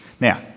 Now